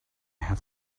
have